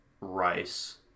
Rice